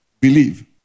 Believe